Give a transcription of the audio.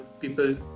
people